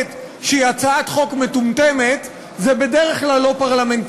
בכנסת שהיא הצעת חוק מטומטמת זה בדרך כלל לא פרלמנטרי,